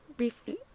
briefly